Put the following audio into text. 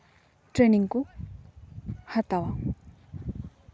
training ᱠᱚ ᱦᱟᱛᱟᱣᱟ